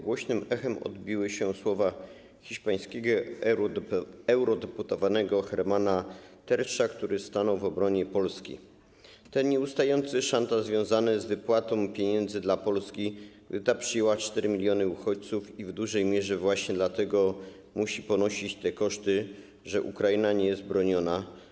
Głośnym echem odbiły się słowa hiszpańskiego eurodeputowanego Hermanna Tertscha, który stanął w obronie Polski: Ten nieustający szantaż związany z wypłatą pieniędzy dla Polski, gdy ta przyjęła 4 mln uchodźców i w dużej mierze właśnie dlatego musi ponosić te koszty, że Ukraina nie jest broniona.